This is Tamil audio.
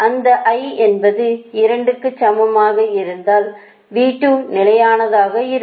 அந்த I என்பது 2 க்கு சமமாக இருந்தால் V2 நிலையானதாக இருக்கும்